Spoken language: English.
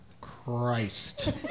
Christ